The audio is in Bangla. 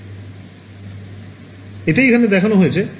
এটাই এখানে দেখানো হয়েছে